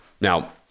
now